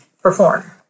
perform